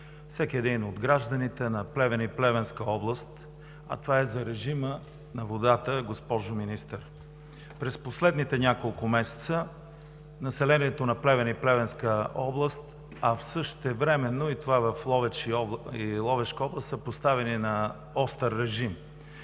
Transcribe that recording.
всеки един от гражданите на Плевен и Плевенска област, а това е за режима на водата, госпожо Министър. През последните няколко месеца населението на Плевен и Плевенска област, а същевременно и това в Ловеч и Ловешка област, са поставени на остър режим.